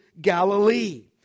Galilee